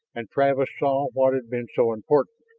and travis saw what had been so important.